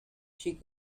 she